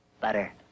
Butter